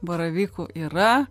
baravykų yra